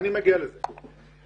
מקבל את זה.